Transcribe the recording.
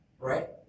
right